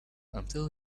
until